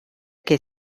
che